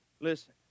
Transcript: Listen